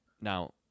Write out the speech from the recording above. Now—